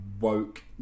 woke